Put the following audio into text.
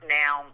now